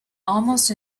almost